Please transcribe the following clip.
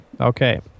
okay